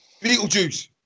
Beetlejuice